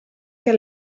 che